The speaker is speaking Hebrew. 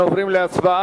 אנחנו עוברים להצבעה.